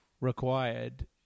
required